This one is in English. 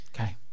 Okay